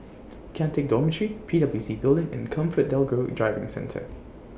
Kian Teck Dormitory P W C Building and ComfortDelGro Driving Centre